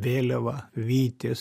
vėliava vytis